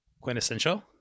quintessential